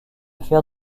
faire